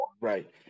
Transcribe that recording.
Right